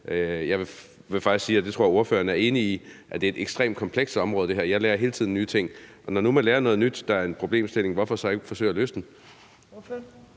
jeg faktisk sige, og det tror jeg ordføreren er enig i, at det her er et ekstremt komplekst område, og jeg lærer hele tiden nye ting. Når nu man lærer noget nyt, der er en problemstilling, hvorfor så ikke forsøge at løse den?